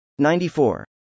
94